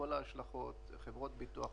בכל רגע נתון הן יכולות למכור פוליסה כזו או אחרת,